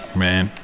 man